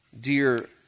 Dear